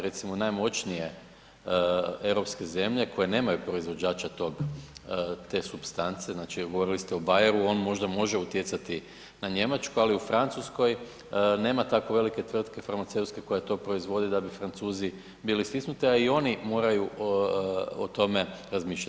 Recimo najmoćnije europske zemlje koje nemaju proizvođača tog, te supstance znači govorili ste o Bayeru, on možda može utjecati na Njemačku, ali u Francuskoj nema tako velike tvrtke farmaceutske koja to proizvodi da bi Francuzi bili stisnuti, a i oni moraju o tome razmišljati.